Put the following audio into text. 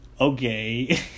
okay